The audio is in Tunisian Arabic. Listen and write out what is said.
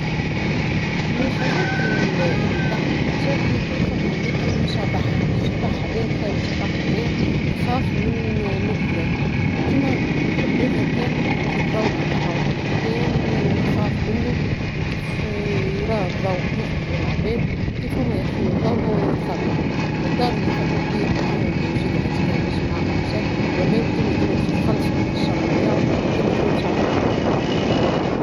من الحاجات لي تضحك وكل شي أنو كان فما شبح الشبح هذايا تخيلوا شبح هذايا يخاف من الظلام ، ديما يحب يظهر كان في الضو هكاهو ، الظلام يخاف منو وقت يرى الضو يخرج للعباد كي هوما يطفيو الضو يتخبى ، فالدار لي فاقوا بيه معناتها هو موجود غديكا يعيش معاهم ، وكل شي ، ولاو ديما ديما باش يتخلصوا من الشر نتاعو ديما ديما مشعلين الضو.